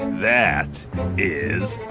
that is